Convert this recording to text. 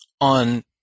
on